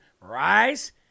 rise